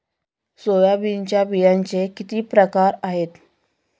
सोयाबीनच्या बियांचे किती प्रकार आहेत?